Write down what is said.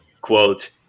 quote